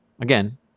Again